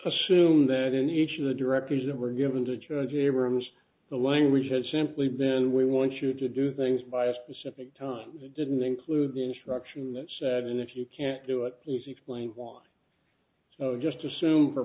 assume that in each of the directors that were given to george abrams the language has simply been we want you to do things by a specific time we didn't include the instruction that said and if you can't do it is explained why so just assume for